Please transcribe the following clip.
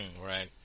Right